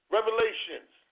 Revelations